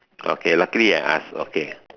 okay luckily I asked okay